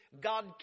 God